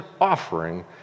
offering